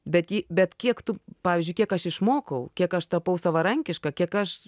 bet ji bet kiek tu pavyzdžiui kiek aš išmokau kiek aš tapau savarankiška kiek aš